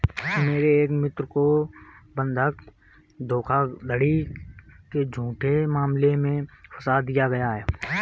मेरे एक मित्र को बंधक धोखाधड़ी के झूठे मामले में फसा दिया गया था